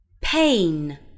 Pain